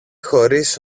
χωρίς